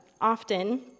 often